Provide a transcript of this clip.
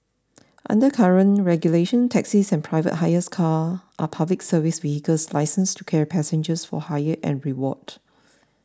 under current regulations taxis and private hire cars are Public Service vehicles licensed to carry passengers for hire and reward